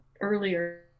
earlier